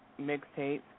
mixtapes